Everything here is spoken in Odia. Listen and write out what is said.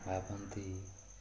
ଭାବନ୍ତି